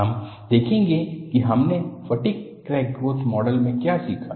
हम देखेंगे कि हमने फटिग क्रैक ग्रोथ मॉडल में क्या सीखा